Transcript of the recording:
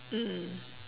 mm